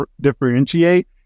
differentiate